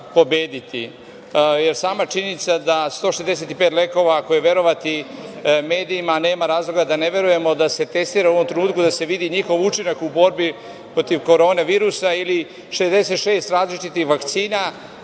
jer sama činjenica da se 165 lekova, ako je verovati medijima, nema razloga da ne verujemo, testira u ovom trenutku, da se vidi njihov učinak u borbi protiv Korona virusa ili 66 različitih vakcina,